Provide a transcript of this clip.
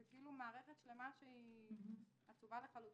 זה מערכת שלמה שהיא עצובה לחלוטין.